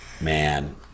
man